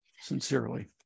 Sincerely